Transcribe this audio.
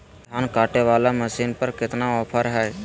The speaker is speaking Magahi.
धान कटे बाला मसीन पर कतना ऑफर हाय?